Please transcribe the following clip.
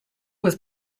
was